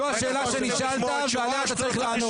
זו השאלה שנשאלת ועליה אתה צריך לענות.